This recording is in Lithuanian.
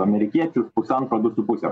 amerikiečius pusantro du su puse